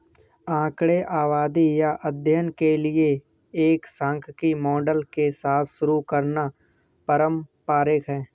आंकड़े आबादी या अध्ययन के लिए एक सांख्यिकी मॉडल के साथ शुरू करना पारंपरिक है